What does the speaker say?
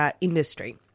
industry